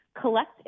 collect